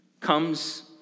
comes